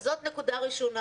זאת נקודה ראשונה.